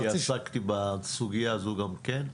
כי עסקתי בסוגיה הזאת גם כן.